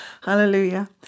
Hallelujah